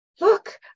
Look